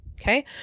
Okay